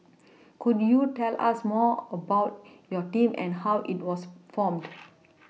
could you tell us more about your team and how it was formed